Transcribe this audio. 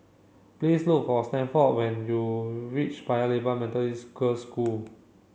please look for Stanford when you reach Paya Lebar Methodist Girls School